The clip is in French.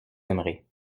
aimerez